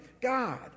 God